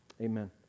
Amen